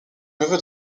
neveu